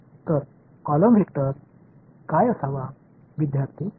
எனவே நெடுவரிசை வெக்டர் என்னவாக இருக்க வேண்டும்